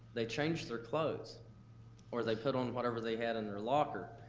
they change their clothes or they put on whatever they had in their locker.